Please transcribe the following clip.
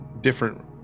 different